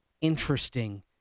interesting